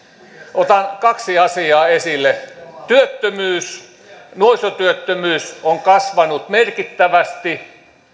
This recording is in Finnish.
otan kaksi asiaa esille työttömyys nuorisotyöttömyys on kasvanut merkittävästi